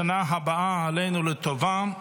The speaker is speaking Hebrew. בשנה הבאה עלינו לטובה,